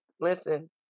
listen